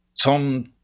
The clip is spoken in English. tom